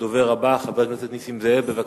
הדובר הבא, חבר הכנסת נסים זאב, בבקשה.